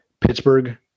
Pittsburgh